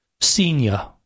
senior